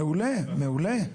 מעולה, מעולה.